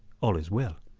all is well.